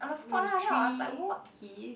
with three keys